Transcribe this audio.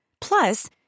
Plus